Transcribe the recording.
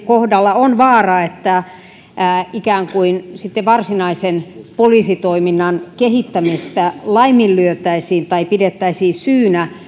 kohdalla on vaara että sitten varsinaisen poliisitoiminnan kehittämistä ikään kuin laiminlyötäisiin että sitä pidettäisiin syynä